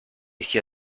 sia